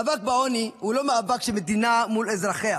מאבק בעוני הוא לא מאבק של מדינה מול אזרחיה.